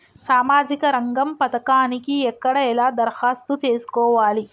సామాజిక రంగం పథకానికి ఎక్కడ ఎలా దరఖాస్తు చేసుకోవాలి?